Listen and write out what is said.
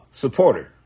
supporter